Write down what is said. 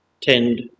tend